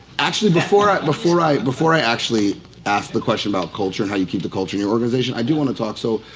actually, before i, before i before i actually ask the question about culture and how you keep the culture in your organization, i do want to talk. so,